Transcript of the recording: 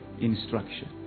instruction